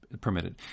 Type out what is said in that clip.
permitted